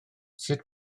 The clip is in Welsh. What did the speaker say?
sut